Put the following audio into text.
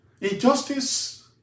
injustice